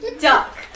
duck